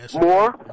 more